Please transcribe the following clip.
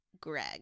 Greg